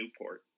Newport